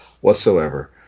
whatsoever